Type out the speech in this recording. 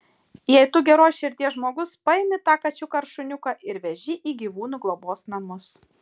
jei tu geros širdies žmogus paimi tą kačiuką ar šuniuką ir veži į gyvūnų globos namus